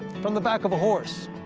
from the back of a horse.